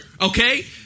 okay